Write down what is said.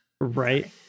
Right